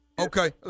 Okay